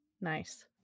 Nice